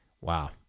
Wow